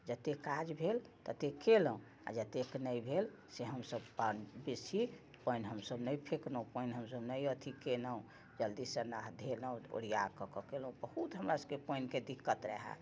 जते काज भेल तते केलहुँ आओर जतेक नहि भेल से हमसब बेसी पानि हमसब नहि फेकलहुँ पानि हमसब नहि अथी केलहुँ जल्दीसँ धेलहुँ ओरियाके केलहुँ बहुत हमरा सबके पानिके दिक्कत रहे